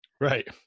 right